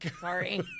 sorry